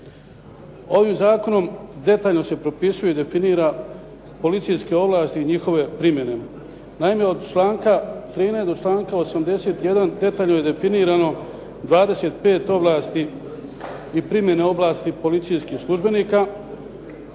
Ovim zakonom detaljno se propisuje i definira policijske ovlasti i njihove primjene. Naime, od članka 13. do članka 81. detaljno je definirano 25 ovlasti i primjene ovlasti policijskih službenika.